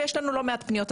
ויש לנו לא מעט פניות.